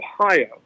Ohio